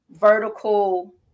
vertical